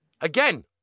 Again